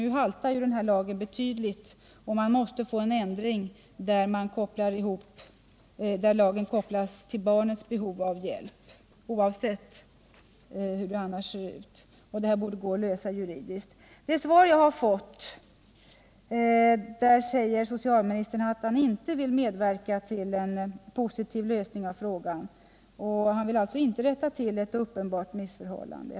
Nu haltar lagen betydligt, och det måste därför bli en ändring, så att lagen kan kopplas till barnets behov av hjälp, oavsett förhållandena i övrigt. Detta problem borde det gå att lösa juridiskt. I det svar jag har fått säger socialministern att han inte vill medverka till en positiv lösning av frågan. Han vill alltså inte rätta till ett uppenbart missförhållande.